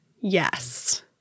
Yes